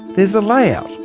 there's the layout.